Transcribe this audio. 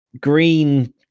Green